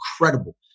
incredible